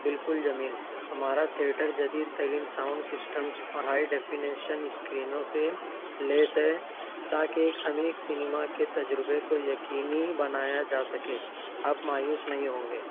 بالکل جمیل ہمارا ٹھیئٹر جدید ترین ساؤنڈ سسٹمس اور ہائی ڈیفینیشن اسکرینوں سے لیس ہے تاکہ ایک انیک سنیما کے تجربے کو یقینی بنایا جا سکے آپ مایوس نہیں ہوں گے